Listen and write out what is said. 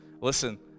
listen